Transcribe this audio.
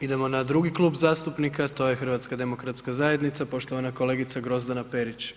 Idemo na drugi klub zastupnika, to je HDZ poštovana kolegica Grozdana Perić.